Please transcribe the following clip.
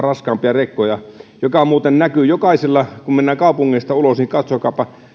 raskaampia rekkoja mikä muuten näkyy kun mennään kaupungeista ulos